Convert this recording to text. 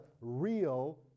real